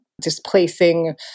displacing